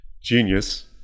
genius